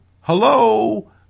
hello